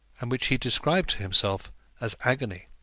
and which he described to himself as agony.